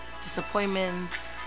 Disappointments